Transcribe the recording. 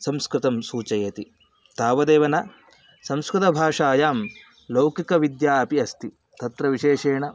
संस्कृतं सूचयति तावदेव न संस्कृतभाषायां लौकिकविद्या अपि अस्ति तत्र विशेषेण